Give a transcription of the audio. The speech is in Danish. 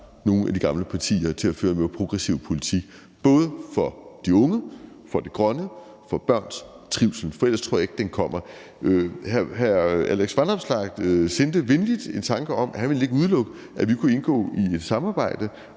nogle af de gamle partier til at føre en mere progressiv politik, både for de unge, for det grønne og for børns trivsel, for ellers tror jeg ikke, den kommer. Hr. Alex Vanopslagh sendte mig venligt den tanke, at han ikke ville udelukke, at vi kunne indgå et samarbejde,